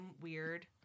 weird